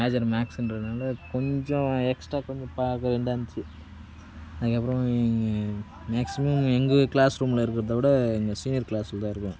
major maths என்கிறதுனால கொஞ்சம் extra கொஞ்சம் பார்க்க வேண்டியதாக இருந்துச்சு அதுக்கப்புறம் இங்கே மேக்ஸிமம் எங்கள் கிளாஸ் ரூமில் இருக்கிறத விட எங்கள் சீனியர் கிளாஸ் ரூமில்தான் இருப்போம்